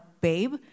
babe